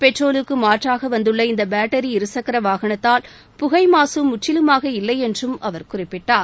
பெட்ரோலுக்கு மாற்றாக வந்துள்ள இந்த பேட்டரி இரு சக்கர வாகனத்தால் புகை மாசு முற்றிலுமாக இல்லை என்றும் அவர் குறிப்பிட்டார்